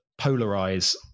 polarize